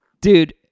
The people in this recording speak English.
Dude